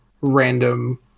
random